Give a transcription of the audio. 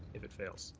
if it fails.